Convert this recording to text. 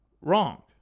wrong